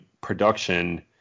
production